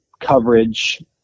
coverage